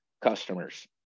customers